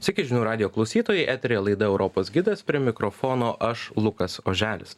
sveiki žinių radijo klausytojai eteryje laida europos gidas prie mikrofono aš lukas oželis